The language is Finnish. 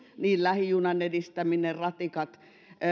niin lähijunan edistäminen kuin ratikat